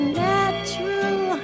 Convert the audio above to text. natural